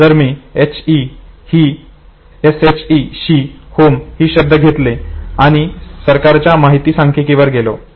जर मी he she home ही शब्द घेतली आणि सरकारच्या माहिती सांख्यिकीवर गेलो